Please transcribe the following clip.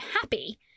happy